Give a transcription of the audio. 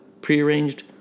prearranged